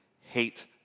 hate